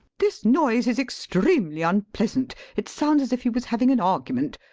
this noise is extremely unpleasant. it sounds as if he was having an argument.